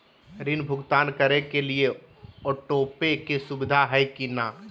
ऋण भुगतान करे के लिए ऑटोपे के सुविधा है की न?